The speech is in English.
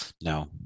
No